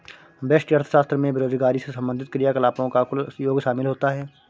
व्यष्टि अर्थशास्त्र में बेरोजगारी से संबंधित क्रियाकलापों का कुल योग शामिल होता है